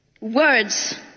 Words